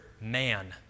man